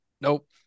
nope